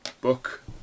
Book